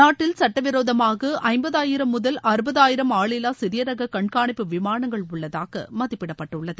நாட்டில் சுட்ட விரோதமாக ஐம்பதாயிரம் முதல் அறுபதாயிரம் ஆளில்லா சிறிய ரக கண்காணிப்பு விமானங்கள் உள்ளதாக மதிப்பிடப்பட்டுள்ளது